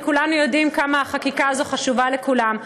כולנו יודעים כמה החקיקה הזאת חשובה לכולם.